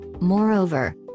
Moreover